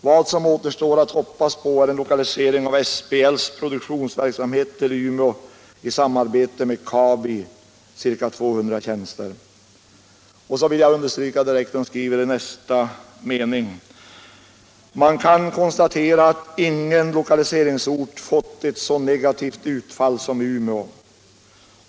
Vad som återstår att hoppas på är en lokalisering av SBL:s produktionsverksamhet till Umeå i samarbete med KABI, ca 200 tjänster.” Och så vill jag understryka vad som skrivs i nästa mening: ”Man kan konstatera att ingen lokaliseringsort fått ett så negativt utfall som Umeå.